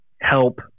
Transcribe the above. help